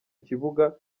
kibuga